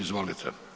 Izvolite.